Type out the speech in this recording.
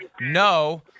no